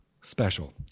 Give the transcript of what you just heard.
special